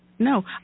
No